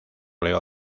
leo